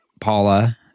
Paula